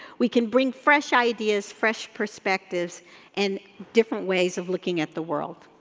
we can bring fresh ideas, fresh perspectives, and different ways of looking at the world.